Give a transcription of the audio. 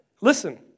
Listen